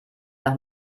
nach